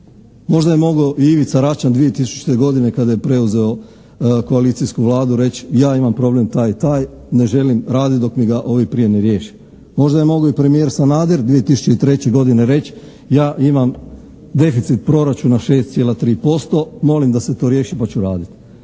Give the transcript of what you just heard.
Možda je mogao i Ivica Račan 2000. godine kada je preuzeo koalicijsku Vladu reći ja imam problem taj i taj, ne želim raditi dok mi ga ovi prije ne riješe. Možda je mogao i premijer Sanader 2003. godine reći, ja imam deficit proračuna 6,3% molim da se to riješi pa ću raditi.